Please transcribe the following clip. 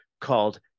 called